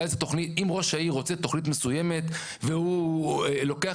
אם ראש העיר רוצה תכנית מסוימת והוא לוקח